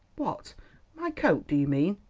what my coat, do you mean?